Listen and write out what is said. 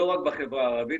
לא רק בחברה הערבית,